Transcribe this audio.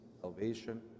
salvation